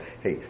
hey